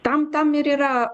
tam tam ir yra